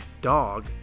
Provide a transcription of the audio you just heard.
dog